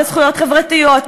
בזכויות חברתיות,